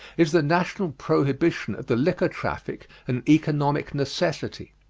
is the national prohibition of the liquor traffic an economic necessity?